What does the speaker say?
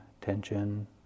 tension